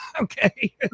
Okay